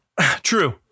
True